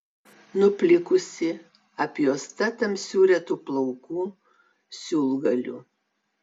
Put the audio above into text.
nuplikusi apjuosta tamsių retų plaukų siūlgalių